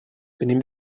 venim